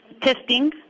testing